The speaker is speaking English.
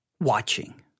watching